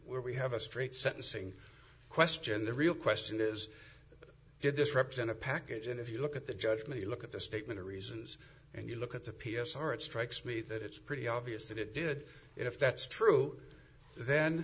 but here we have a straight sentencing question the real question is did this represent a package and if you look at the judgment you look at the statement of reasons and you look at the p s r it strikes me that it's pretty obvious that it did if that's true then